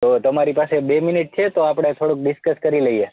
તો તમારી પાસે બે મિનિટ છે તો આપણે થોડુંક ડિસકસ કરી લઈએ